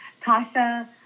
Tasha